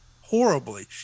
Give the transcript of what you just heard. horribly